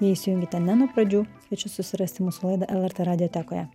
jei įsijungėte ne nuo pradžių kviečiu susirasti mūsų laidą lrt radiotekoje